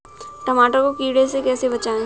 टमाटर को कीड़ों से कैसे बचाएँ?